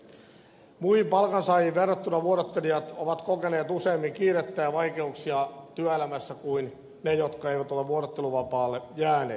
muihin palkansaajiin verrattuna vuorottelijat ovat kokeneet useammin kiirettä ja vaikeuksia työelämässä kuin ne jotka eivät ole vuorotteluvapaalle jääneet